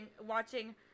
watching